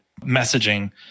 messaging